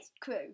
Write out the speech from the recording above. crew